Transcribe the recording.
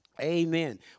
Amen